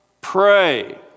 pray